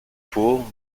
pour